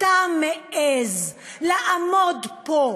אתה מעז לעמוד פה,